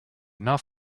enough